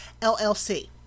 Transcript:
LLC